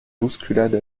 bousculade